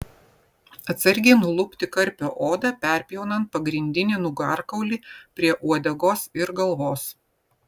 atsargiai nulupti karpio odą perpjaunant pagrindinį nugarkaulį prie uodegos ir galvos